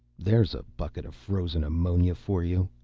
there's a bucket of frozen ammonia for you.